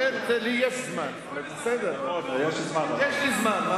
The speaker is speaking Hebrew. נסכם שהוא